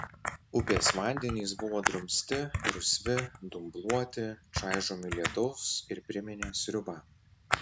upės vandenys buvo drumsti rusvi dumbluoti čaižomi lietaus ir priminė sriubą